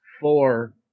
four